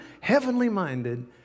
heavenly-minded